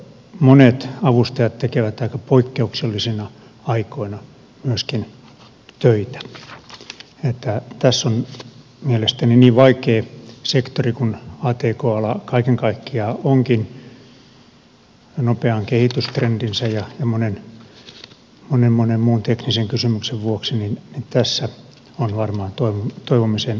monet avustajat myöskin tekevät aika poikkeuksellisina aikoina töitä niin että tässä on mielestäni niin vaikea sektori kuin atk ala kaiken kaikkiaan onkin nopean kehitystrendinsä ja monen monen muun teknisen kysymyksen vuoksi varmaan toivomisen varaa